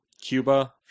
Cuba